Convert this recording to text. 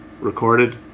recorded